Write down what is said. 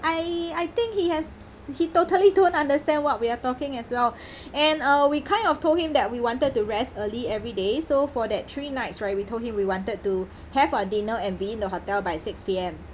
I I think he has he totally don't understand what we are talking as well and uh we kind of told him that we wanted to rest early every day so for that three nights right we told him we wanted to have our dinner and be in the hotel by six P_M